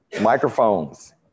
microphones